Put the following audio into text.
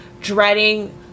dreading